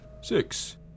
six